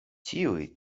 tuj